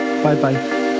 Bye-bye